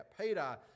peter